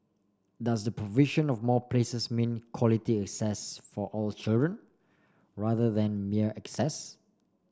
does the provision of more places mean quality access for all children rather than mere access